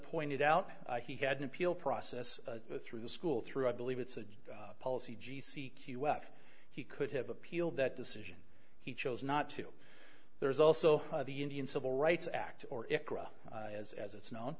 pointed out he had an appeal process through the school through i believe it's a policy g c q f he could have appealed that decision he chose not to there's also the indian civil rights act or if as as it's known